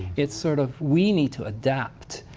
it's sort of we need to adapt.